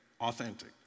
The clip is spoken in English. Authentic